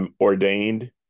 ordained